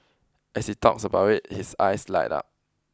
as he talks about it his eyes light up